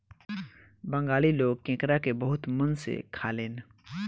बंगाली लोग केकड़ा के बहुते मन से खालेन